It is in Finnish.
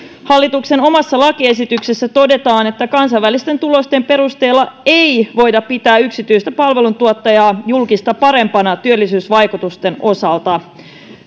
hallituksen omassa lakiesityksessä todetaan että kansainvälisten tulosten perusteella ei voida pitää yksityistä palveluntuottajaa julkista parempana työllisyysvaikutusten osalta